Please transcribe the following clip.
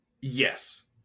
Yes